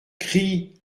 cri